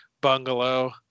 bungalow